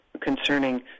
concerning